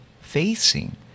facing